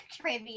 trivia